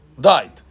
died